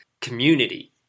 community